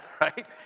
right